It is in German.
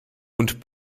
und